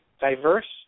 diverse